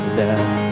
death